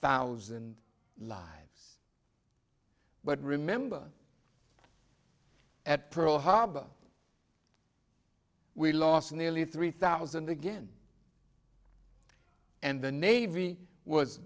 thousand lives but remember at pearl harbor we lost nearly three thousand again and the navy was